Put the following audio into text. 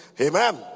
amen